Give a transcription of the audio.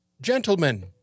gentlemen